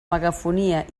megafonia